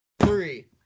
three